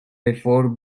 before